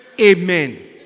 amen